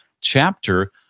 chapter